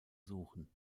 suchen